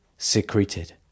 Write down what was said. secreted